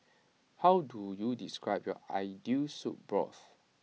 how do you describe your ideal soup broth